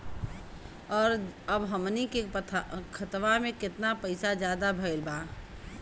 और अब हमनी के खतावा में कितना पैसा ज्यादा भईल बा?